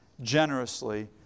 generously